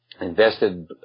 invested